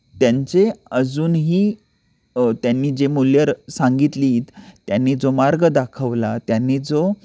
त्यांचे अजूनही त्यांनी जे मूल्यं र सांगितली आहेत त्यांनी जो मार्ग दाखवला त्यांनी जो